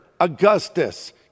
Augustus